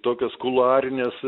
tokios kuluarinės